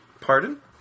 Pardon